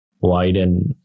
widen